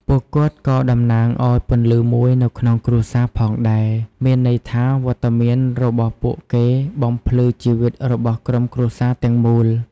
ពួកគាត់ក៏៏តំណាងឱ្យពន្លឺមួយនៅក្នុងគ្រួសារផងដែរ មានន័យថាវត្តមានរបស់ពួកគេបំភ្លឺជីវិតរបស់ក្រុមគ្រួសារទាំងមូល។